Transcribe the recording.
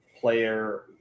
player